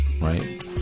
right